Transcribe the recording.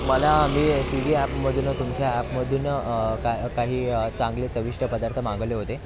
मला मी स्विगी ॲपमधून तुमच्या ॲपमधून का काही चांगले चविष्ट पदार्थ मागवले होते